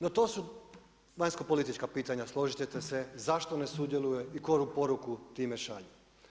No, to su vanjsko-politička pitanja složit ćete se zašto ne sudjeluje i koju poruku time šalju.